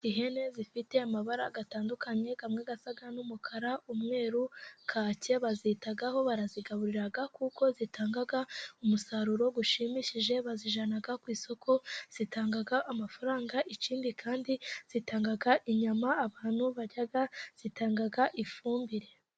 Ihene zifite amabara atandukanye, amwe asa n'umukara ,umweru, kake, bazitaho ,barazigaburira kuko zitanga umusaruro ushimishije, bazijyana ku isoko zitanga amafaranga, ikindi kandi zitanga inyama abantu barya, zitanga ifumbire.